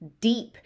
deep